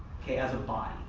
okay, as a body.